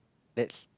that's